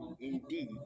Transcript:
indeed